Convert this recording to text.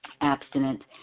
abstinent